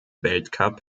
weltcup